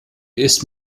ist